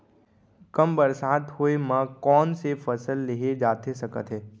कम बरसात होए मा कौन से फसल लेहे जाथे सकत हे?